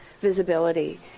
visibility